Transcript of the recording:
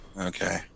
Okay